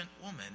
woman